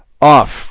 off